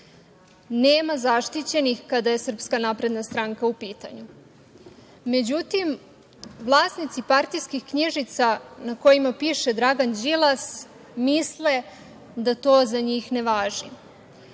Nema zaštićenih kada je SNS u pitanju. Međutim, vlasnici partijskih knjižica na kojima piše Dragan Đilas misle da to za njih ne važi.